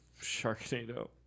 Sharknado